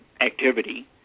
activity